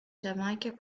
giamaica